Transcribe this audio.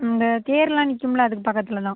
அங்கே தேரெல்லாம் நிற்கும்ல அதுக்கு பக்கத்தில் தான்